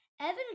Evan